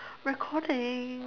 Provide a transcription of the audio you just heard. recording